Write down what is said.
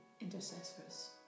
intercessors